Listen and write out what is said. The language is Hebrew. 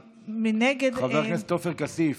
חבר הכנסת עופר כסיף,